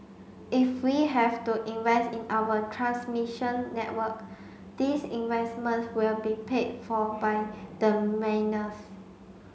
if we have to invest in our transmission network these investments will be paid for by the